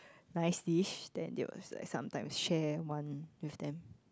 nice dish then there was like sometimes share one with them